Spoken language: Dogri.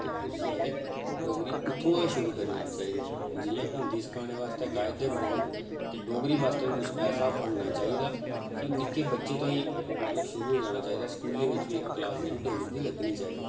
ते उसी असें डोगरी उत्थूं दा शुरू करी लैनी चाहिदी जि'यां हिंदी सखाने आस्तै कायदे बने दे न ते डोगरी आस्तै बी किश ऐसा बनना चाहिदा कि निक्के बच्चें ताईं मतलब शुरू होई जाना चाहिदा स्कूलें बिच बी इक क्लास जेह्ड़ी डोगरी दी लग्गनी चाहिदी